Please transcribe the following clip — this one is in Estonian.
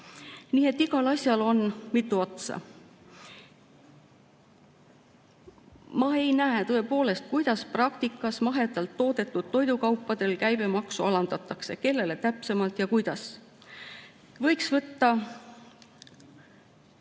Nii et igal asjal on mitu otsa. Ma ei näe tõepoolest, kuidas mahedalt toodetud toidukaupade käibemaksu praktikas alandatakse, kellel täpsemalt ja kuidas. Võiks võtta